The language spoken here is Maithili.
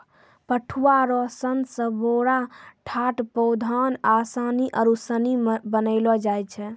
पटुआ रो सन से बोरा, टाट, पौदान, आसनी आरु सनी बनैलो जाय छै